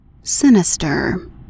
sinister